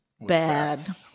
bad